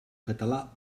català